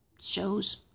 shows